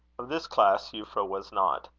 of this class euphra was not.